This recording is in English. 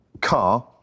car